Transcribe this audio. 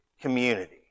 community